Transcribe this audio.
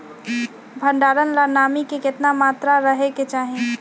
भंडारण ला नामी के केतना मात्रा राहेके चाही?